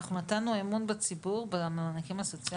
אנחנו נתנו אמון בציבור, במענקים הסוציאליים.